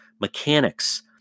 mechanics